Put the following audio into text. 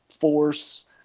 force